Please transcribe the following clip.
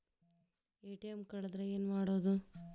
ATM ಕಳದ್ರ ಏನು ಮಾಡೋದು?